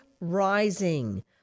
rising